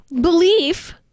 belief